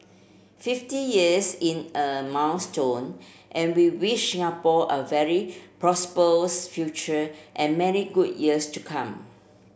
fifty years in a milestone and we wish Singapore a very prosperous future and many good years to come